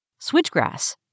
Switchgrass